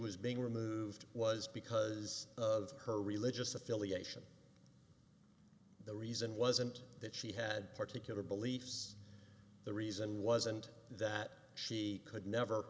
was being removed was because of her religious affiliation the reason wasn't that she had particular beliefs the reason wasn't that she could never